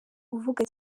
uvuga